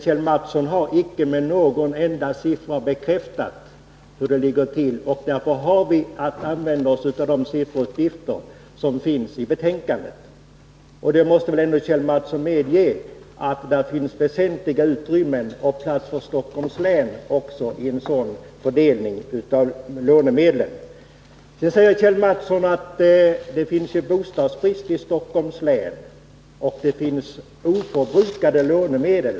Kjell Mattsson har icke med någon enda siffra angivit hur läget är, och därför har vi att utgå från de sifferuppgifter som finns i betänkandet. Kjell Mattsson måste väl medge att det finns väsentliga utrymmen också för Stockholms län vid en fördelning av lånemedlen. Vidare säger Kjell Mattsson att det finns en bostadsbrist i Stockholms län och att det där finns oförbrukade lånemedel.